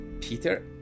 Peter